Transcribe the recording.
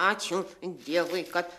ačiū dievui kad